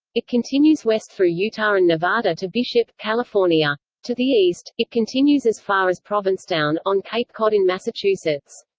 it continues west through utah and nevada to bishop, california. to the east, it continues as far as provincetown, on cape cod in massachusetts.